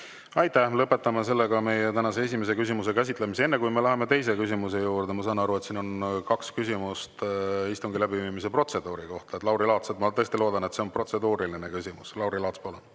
Aitäh! Lõpetame tänase esimese küsimuse käsitlemise. Enne kui me läheme teise küsimuse juurde, saan aru, on kaks küsimust istungi läbiviimise protseduuri kohta. Lauri Laats, ma tõesti loodan, et see on protseduuriline küsimus. Lauri Laats, palun!